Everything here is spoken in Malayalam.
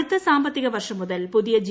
അടുത്ത സാമ്പത്തിക വർഷം മുതൽ പുതിയ ജി